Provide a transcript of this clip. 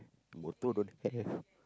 motor don't have